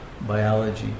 biology